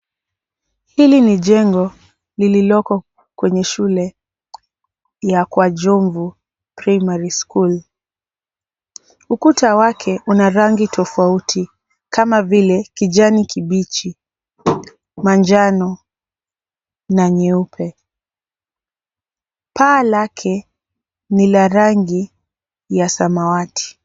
Hili ni jengo lililoko kwenye shule ya Kwa njongo Primary school. Ukuta wake una rangi tofauti kama vile kijani kibichi, manjano na nyeupe. Paa lake ni la rangi ya samawati.